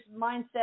mindset